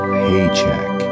paycheck